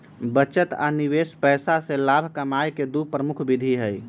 बचत आ निवेश पैसा से लाभ कमाय केँ दु प्रमुख विधि हइ